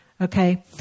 Okay